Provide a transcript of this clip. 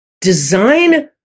design